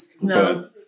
No